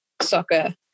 soccer